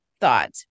thought